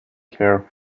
care